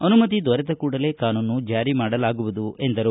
ಅನುಮತಿ ದೊರೆತ ಕೂಡಲೇ ಕಾನೂನು ಜಾರಿ ಮಾಡಲಾಗುವುದು ಎಂದರು